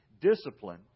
discipline